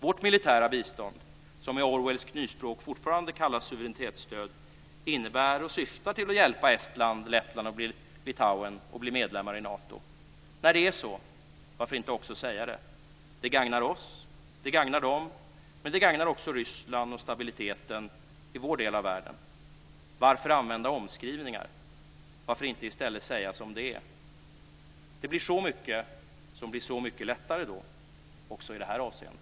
Vårt militära bistånd - som med Orwellskt nyspråk fortfarande kallas suveränitetsstöd - innebär och syftar till att hjälpa Estland, Lettland och Litauen att bli medlemmar i Nato. När det är så, varför inte också säga det? Det gagnar oss, det gagnar dem, men det gagnar också Ryssland och stabiliteten i vår del av världen. Varför använda omskrivningar? Varför inte i stället säga som det är? Det blir så mycket som blir så mycket lättare då också i det här avseendet.